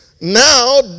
Now